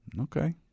Okay